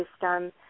system